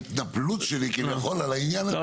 אם ראית את ההתנפלות שלי כביכול על העניין הזה.